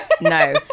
No